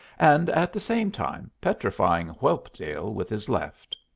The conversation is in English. and at the same time petrifying whelpdale with his left.